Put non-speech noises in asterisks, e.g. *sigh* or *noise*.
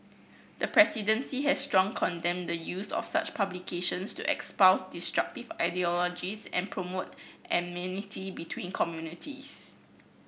the presidency has strong condemned the use of such publications to espouse destructive ideologies and promote *unintelligible* between communities